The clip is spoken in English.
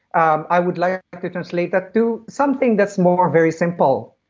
um i would like to translate that to something that's more very simple.